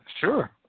Sure